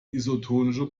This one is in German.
isotonische